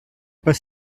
pas